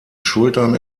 schultern